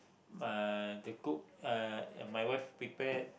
uh they cook uh my wife prepare